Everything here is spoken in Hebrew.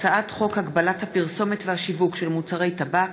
הצעת חוק הגבלת הפרסומת והשיווק של מוצרי טבק